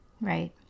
Right